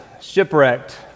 shipwrecked